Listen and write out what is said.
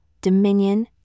dominion